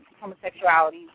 homosexuality